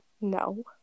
No